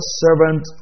servant